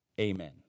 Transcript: Amen